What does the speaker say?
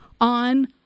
on